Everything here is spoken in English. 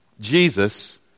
Jesus